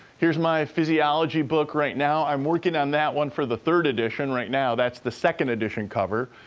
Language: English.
here's my physiology book right now. i'm working on that one for the third edition right now. that's the second edition cover.